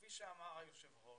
כפי שאמר היושב ראש,